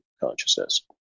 consciousness